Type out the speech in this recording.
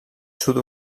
sud